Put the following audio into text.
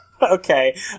Okay